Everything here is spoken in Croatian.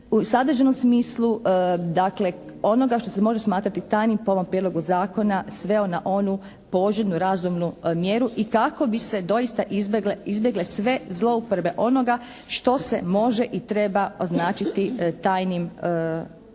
u sadržanoj smislu dakle, onoga što se može smatrati tajnim po ovom prijedlogu zakona sveo na onu poželjnu, razumnu mjeru i kako bi se doista izbjegle sve zlouporabe onoga što se može i treba označiti tajnim podatkom.